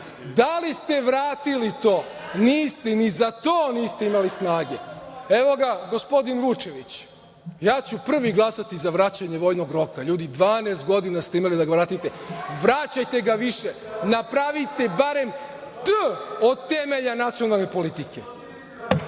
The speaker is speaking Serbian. Da li ste vratili to? Niste. Ni za to niste imali snage. Evo ga gospodin Vučević. Ja ću prvi glasati za vraćanje vojnog roka. Ljudi, dvanaest godina ste imali da ga vratite. Vraćajte ga više. Napravite barem „T“ od temelja nacionalne politike.